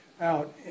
out